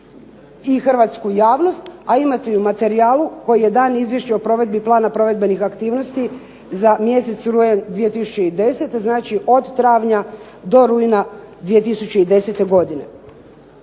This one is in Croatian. i hrvatsku javnost, a imate i u materijalu koji je dan izvješću o provedbi plana provedbenih aktivnosti za mjesec rujan 2010., znači od travnja do rujna 2010. godine,